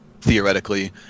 theoretically